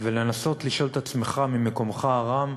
ולנסות לשאול את עצמך, ממקומך הרם,